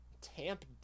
tamp